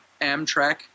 Amtrak